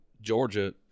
Georgia